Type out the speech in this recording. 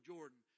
Jordan